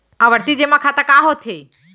आवर्ती जेमा खाता का होथे?